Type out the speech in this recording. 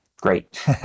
great